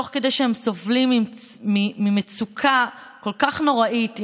תוך כדי שהם סובלים ממצוקה כל כך נוראית,